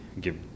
give